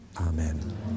Amen